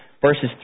verses